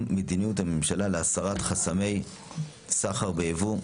מדיניות הממשלה להסרת חסמי סחר בייבוא,